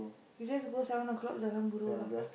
you just go seven o-clock jalan-buroh lah